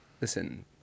listen